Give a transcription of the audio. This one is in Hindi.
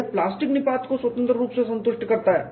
यह प्लास्टिक निपात को स्वतंत्र रूप से संतुष्ट करता है